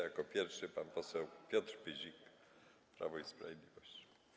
Jako pierwszy pan poseł Piotr Pyzik, Prawo i Sprawiedliwość.